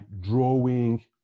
drawing